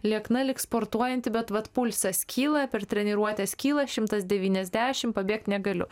liekna lyg sportuojanti bet vat pulsas kyla per treniruotes kyla šimtas devyniasdešim pabėgt negaliu